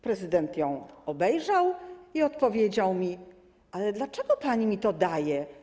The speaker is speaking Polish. Prezydent ją obejrzał i odpowiedział mi: Ale dlaczego pani mi to daje?